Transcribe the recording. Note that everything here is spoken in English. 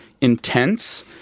intense